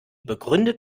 begründet